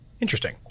Interesting